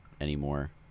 anymore